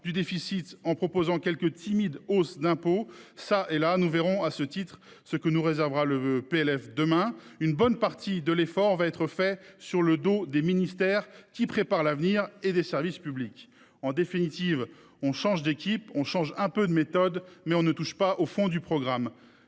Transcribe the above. de déficit en proposant quelques timides hausses d’impôt çà et là – nous verrons à cet égard ce que nous réservera le projet de loi de finances à venir –, une bonne partie de l’effort va être fait sur le dos des ministères qui préparent l’avenir et les services publics. En définitive, on change d’équipe, on change un peu de méthode, mais on ne touche pas au fond du programme.